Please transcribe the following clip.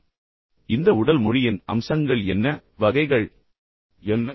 இப்போது இந்த உடல் மொழியின் அம்சங்கள் என்ன வகைகள் என்ன